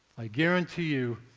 i guarantee you,